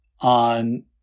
On